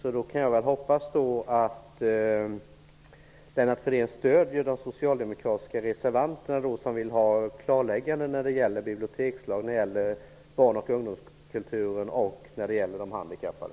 Jag kan bara hoppas att Lennart Fridén stöder de socialdemokratiska reservanterna, som vill ha klarlägganden när det gäller bibliotekslag, barnoch ungdomskulturen och de handikappade.